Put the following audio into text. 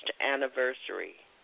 anniversary